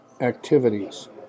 activities